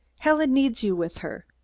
helen needs you with her.